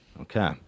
Okay